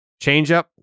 Changeup